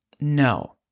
No